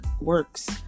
works